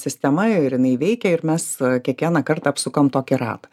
sistema ir jinai veikia ir mes kiekvieną kartą apsukam tokį ratą